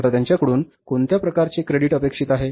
आता त्यांच्याकडून कोणत्या प्रकारचे क्रेडिट अपेक्षित आहे